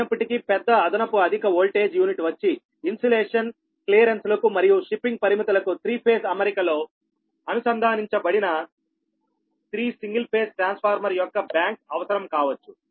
అయినప్పటికీ పెద్ద అదనపు అధిక వోల్టేజ్ యూనిట్ వచ్చి ఇన్సులేషన్ క్లియరెన్సులుకు మరియు షిప్పింగ్ పరిమితులకు త్రీ ఫేజ్ అమరికలో అనుసంధానించబడిన 3 సింగిల్ ఫేజ్ ట్రాన్స్ఫార్మర్ యొక్క బ్యాంక్ అవసరం కావచ్చు